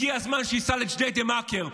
הגיע הזמן שייסע לג'דיידה-מכר,